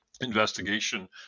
investigation